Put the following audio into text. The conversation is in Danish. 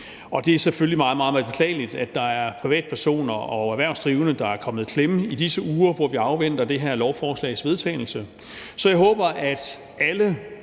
Det er selvfølgelig meget, meget beklageligt, at der er privatpersoner og erhvervsdrivende, der er kommet i klemme i disse uger, hvor vi afventer det her lovforslags vedtagelse. Jeg håber, at alle